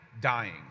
dying